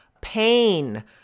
pain